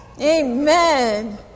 Amen